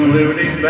Liberty